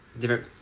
different